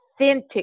authentic